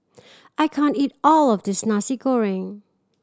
I can't eat all of this Nasi Goreng